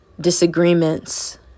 disagreements